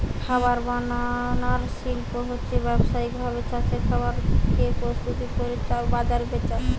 খাবার বানানার শিল্প হচ্ছে ব্যাবসায়িক ভাবে চাষের খাবার কে প্রস্তুত কোরে বাজারে বেচা